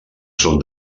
són